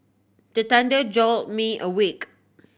the thunder jolt me awake